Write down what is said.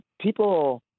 people